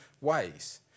ways